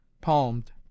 palmed